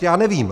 Já nevím.